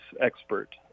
expert